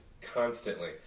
constantly